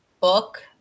book